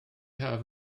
haf